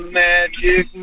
magic